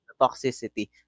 Toxicity